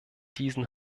diesen